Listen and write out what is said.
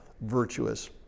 virtuous